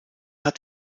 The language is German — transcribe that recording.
hat